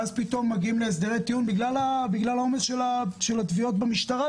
ואז פתאום מגיעים להסדרי טיעון בגלל העומס של התביעות במשטרה,